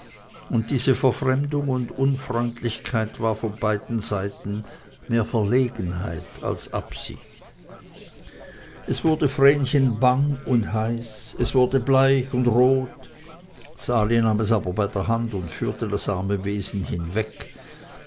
und diese verfremdung und unfreundlichkeit war von beiden seiten mehr verlegenheit als absicht es wurde vrenchen bang und heiß es wurde bleich und rot sali nahm es aber bei der hand und führte das arme wesen hinweg